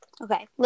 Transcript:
Okay